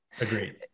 Agreed